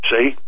See